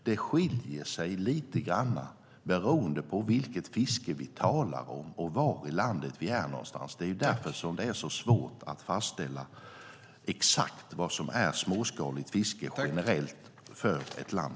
Det skiljer sig lite grann åt beroende på vilket fiske vi talar om och var i landet vi är någonstans. Det är därför det är så svårt att fastställa exakt vad som är småskaligt fiske generellt för ett land.